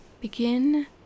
Begin